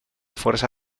fuerza